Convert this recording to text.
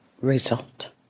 result